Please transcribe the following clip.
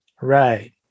right